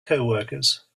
coworkers